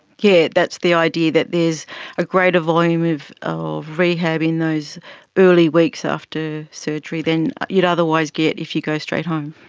that's the idea, that there is a greater volume of of rehab in those early weeks after surgery than you'd otherwise get if you go straight home.